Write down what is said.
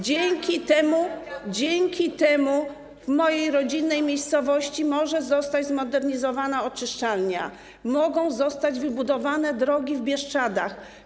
Dzięki tym środkom w moje rodzinnej miejscowości może zostać zmodernizowana oczyszczalnia, mogą zostać wybudowane drogi w Bieszczadach.